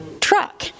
truck